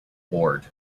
ward